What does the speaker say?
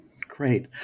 Great